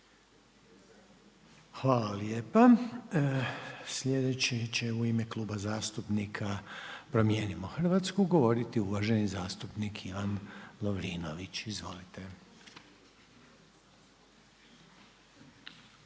Hvala lijepa. Sljedeći će u ime Kluba zastupnika Promijenimo Hrvatsku govoriti uvaženi zastupnik Ivan Lovrinović. Izvolite.